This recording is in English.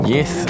Yes